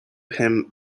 him